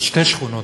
על שתי שכונות,